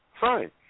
fine